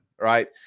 right